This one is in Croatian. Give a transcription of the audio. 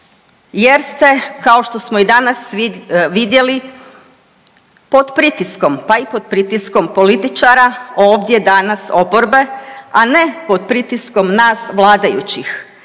jer ste, kao što smo i danas vidjeli, pod pritiskom, pa i pod pritiskom političara ovdje danas, oporbe, a ne pod pritiskom nas vladajućih.